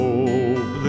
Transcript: Hope